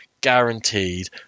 guaranteed